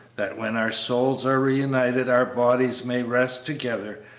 that when our souls are reunited our bodies may rest together